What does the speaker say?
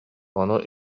ону